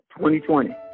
2020